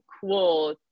cool